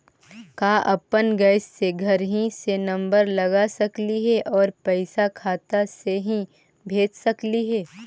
का अपन गैस के घरही से नम्बर लगा सकली हे और पैसा खाता से ही भेज सकली हे?